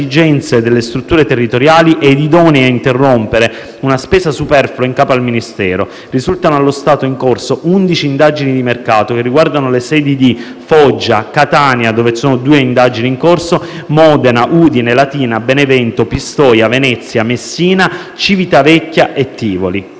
delle strutture territoriali e idonei a interrompere una spesa superflua in capo al Ministero. Risultano allo stato in corso undici indagini di mercato, che riguardano le sedi di Foggia, Catania (dove ci sono due indagini in corso), Modena, Udine, Latina, Benevento, Pistoia, Venezia, Messina, Civitavecchia e Tivoli.